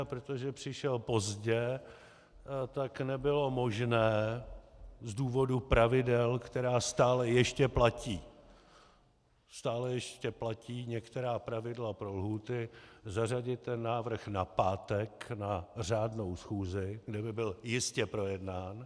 A protože přišel pozdě, tak nebylo možné z důvodu pravidel, která stále ještě platí, stále ještě platí některá pravidla pro lhůty, zařadit ten návrh na pátek na řádnou schůzi, kde by byl jistě projednán.